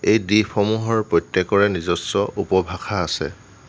এই দ্বীপসমূহৰ প্ৰত্যেকৰে নিজস্ব উপভাষা আছে